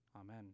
Amen